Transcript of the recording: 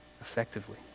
effectively